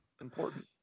Important